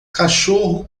cachorro